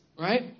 Right